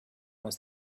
was